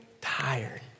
tired